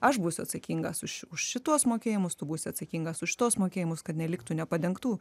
aš būsiu atsakingas už už šituos mokėjimus tu būsi atsakingas už tuos mokėjimus kad neliktų nepadengtų